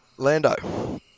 Lando